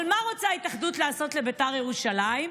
אבל מה רוצה ההתאחדות לעשות לבית"ר ירושלים?